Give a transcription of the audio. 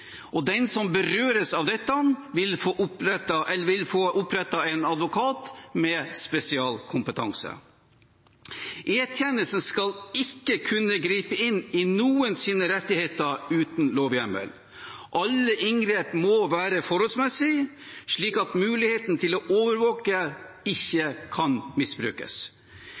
Den som berøres av dette, vil få oppnevnt en advokat med spesialkompetanse. E-tjenesten skal ikke kunne gripe inn i noens rettigheter uten lovhjemmel. Alle inngrep må være forholdsmessig slik at muligheten til å overvåke ikke kan misbrukes.